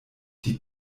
die